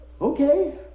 Okay